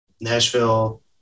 Nashville